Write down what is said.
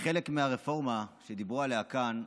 כחלק מהרפורמה שדיברו עליה כאן,